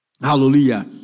Hallelujah